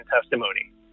testimony